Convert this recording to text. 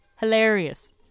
hilarious